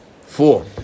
four